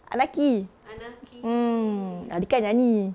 anaki hmm anika nyanyi